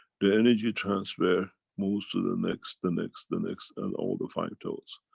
the energy transfer moves to the next, the next, the next, and all the five toes.